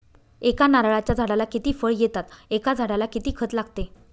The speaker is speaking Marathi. एका नारळाच्या झाडाला किती फळ येतात? एका झाडाला किती खत लागते?